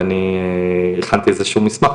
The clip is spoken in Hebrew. ואני הכנתי איזה שהוא מסמך,